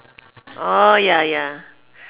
orh ya ya